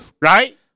right